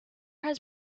has